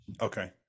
okay